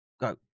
go